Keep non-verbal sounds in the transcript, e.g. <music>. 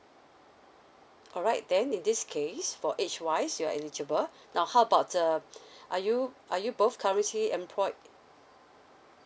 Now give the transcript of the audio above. alright then in this case for age wise you're eligible now how about err <breath> are you are you both currently employed